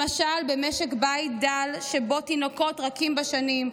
למשל במשק בית דל שבו תינוקות רכים בשנים,